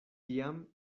tiam